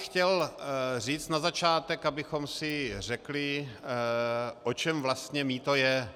Chtěl bych říct na začátek, abychom si řekli, o čem vlastně mýto je.